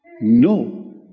No